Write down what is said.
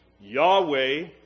Yahweh